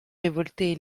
révolté